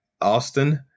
Austin